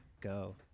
go